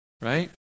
Right